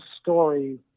story